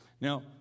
Now